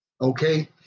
Okay